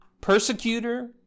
persecutor